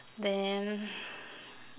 then